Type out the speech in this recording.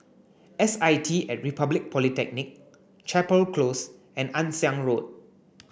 S I T at Republic Polytechnic Chapel Close and Ann Siang Road